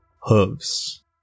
hooves